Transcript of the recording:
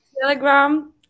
Telegram